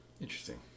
Interesting